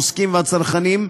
העוסקים והצרכנים,